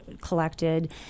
collected